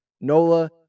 Nola